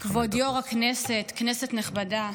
הכנסת, כנסת נכבדה,